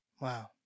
Wow